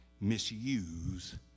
misuse